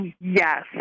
Yes